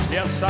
Yes